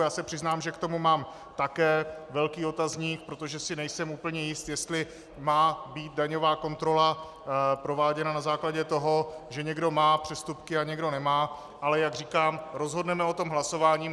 Já se přiznám, že k tomu mám také velký otazník, protože si nejsem úplně jist, jestli má být daňová kontrola prováděna na základě toho, že někdo má přestupky a někdo nemá, ale jak říkám, rozhodneme o tom hlasováním.